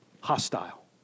hostile